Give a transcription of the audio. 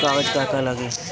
कागज का का लागी?